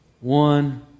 one